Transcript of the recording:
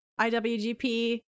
IWGP